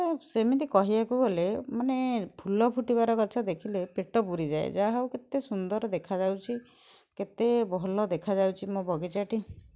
ସେମିତି କହିବାକୁ ଗଲେ ମାନେ ଫୁଲ ଫୁଟିବାର ଗଛ ଦେଖିଲେ ପେଟ ପୂରିଯାଏ ଯାହା ହଉ କେତେ ସୁନ୍ଦର ଦେଖାଯାଉଛି କେତେ ଭଲ ଦେଖାଯାଉଛି ମୋ ବଗିଚାଟି